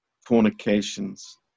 fornications